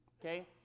okay